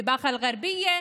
מבאקה אל-גרבייה,